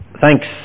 thanks